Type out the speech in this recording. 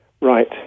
right